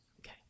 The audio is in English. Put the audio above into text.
Okay